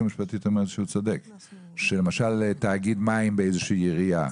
שלמשל תאגיד מים העירייה,